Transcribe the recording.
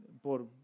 por